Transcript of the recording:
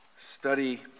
study